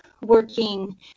working